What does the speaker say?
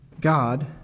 God